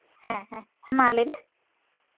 ᱦᱮᱸ ᱦᱮᱸ ᱢᱟ ᱞᱟᱹᱭ ᱢᱮ